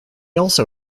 also